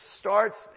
starts